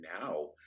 now